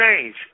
change